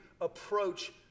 approach